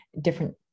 different